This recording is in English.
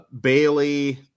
Bailey